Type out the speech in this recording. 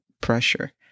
pressure